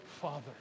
father